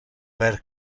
per